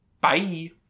Bye